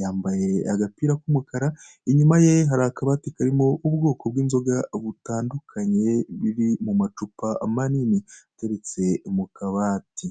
yambaye agapira k'umukara, inyuma ye hari akabati karimo ubwoko bw'inzoga butandukanye buri mu macupa manini ateretse mu kabati.